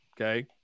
Okay